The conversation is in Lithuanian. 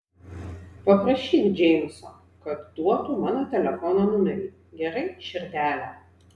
paprašyk džeimso kad duotų mano telefono numerį gerai širdele